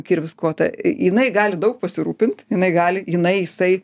kirvis kotą i jinai gali daug pasirūpint jinai gali jinai jisai